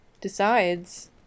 decides